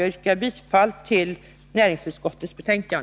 Jag yrkar bifall till näringsutskottets hemställan.